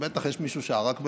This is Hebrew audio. בטח יש מישהו שערק בינתיים.